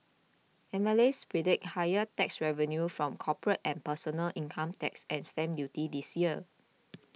analysts predict higher tax revenue from corporate and personal income tax and stamp duty this year